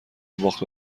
باخت